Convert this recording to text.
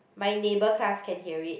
my neighbour class can hear it